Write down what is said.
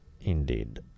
Indeed